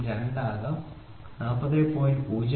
02 ആകാം ഇത് 40